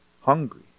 hungry